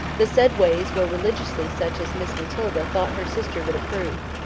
the said ways were religiously such as miss matilda thought her sister would approve.